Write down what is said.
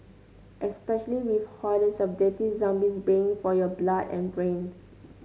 especially with hordes of dirty zombies baying for your blood and brain